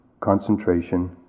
concentration